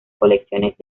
colecciones